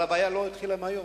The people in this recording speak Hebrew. אבל הבעיה לא התחילה היום,